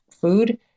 food